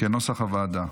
כנוסח הוועדה.